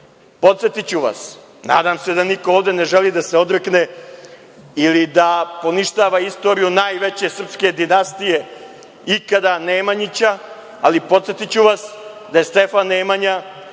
tu. Podsetiću vas, nadam se da niko ovde ne želi da se odrekne ili da poništava istoriju najveće srpske dinastije ikada, Nemanjića, ali podsetiću vas da je Stefan Nemanja